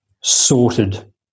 sorted